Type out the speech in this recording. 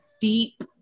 deep